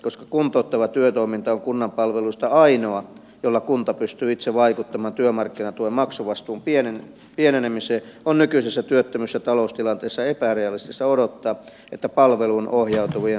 koska kuntouttava työtoiminta on kunnan palveluista ainoa jolla kunta pystyy itse vaikuttamaan työmarkkinatuen maksuvastuun pienenemiseen on nykyisessä työttömyys ja taloustilanteessa epärealistista odottaa että palveluun ohjautuvien lukumäärä lähivuosina pienenisi